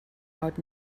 out